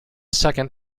second